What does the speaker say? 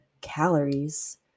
calories